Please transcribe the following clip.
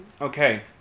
Okay